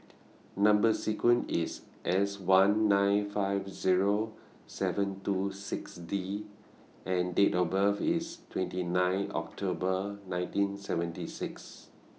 Number sequence IS S one nine five Zero seven two six D and Date of birth IS twenty nine October nineteen seventy six